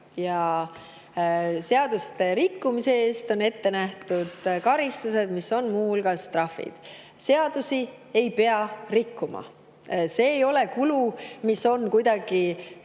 ja seaduste rikkumise eest on ette nähtud karistused, mis on muu hulgas trahvid. Seadusi ei pea rikkuma. See ei ole kulu, mida kindlasti